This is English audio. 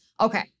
Okay